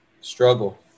Struggle